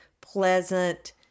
pleasant